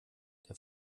der